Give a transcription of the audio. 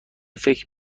فکر